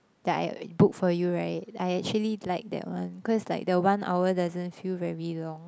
that I book for you right I actually like that one cause like the one hour doesn't feel very long